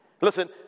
Listen